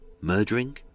murdering